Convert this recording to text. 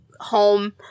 home